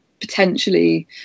potentially